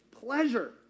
pleasure